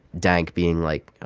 dank being, like, ah